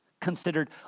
Considered